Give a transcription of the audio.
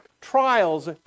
Trials